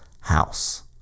house